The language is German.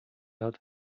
hat